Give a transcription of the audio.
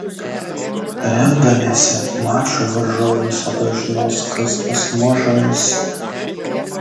rengdamiesi mačui varžovai visada žinos kas pas mus žais